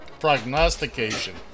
Prognostication